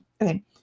Okay